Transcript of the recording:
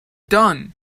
done